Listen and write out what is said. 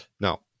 now